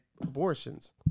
abortions